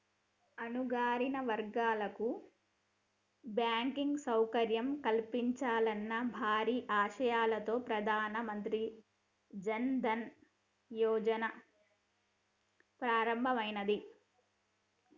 అణగారిన వర్గాలకు బ్యాంకింగ్ సౌకర్యం కల్పించాలన్న భారీ ఆశయంతో ప్రధాన మంత్రి జన్ ధన్ యోజన ప్రారంభమైనాది